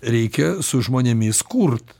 reikia su žmonėmis kurt